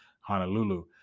Honolulu